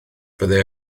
byddai